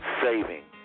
saving